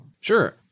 sure